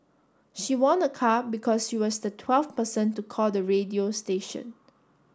she won a car because she was the twelfth person to call the radio station